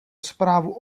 zprávu